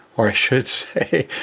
or i should say,